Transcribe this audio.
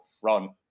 front